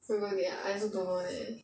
my birthday ah I also don't know eh